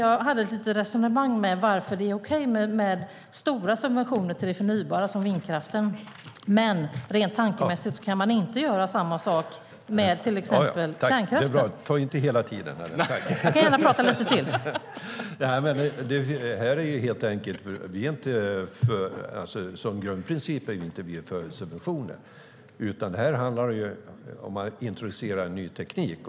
: Jag hade ett litet resonemang om varför det är okej med stora subventioner till det förnybara, som vindkraften, men rent tankemässigt kan man inte göra samma sak med till exempel kärnkraften.) Som grundprincip är vi inte för subventioner, utan här handlar det om att man introducerar en ny teknik.